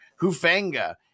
Hufanga